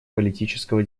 политического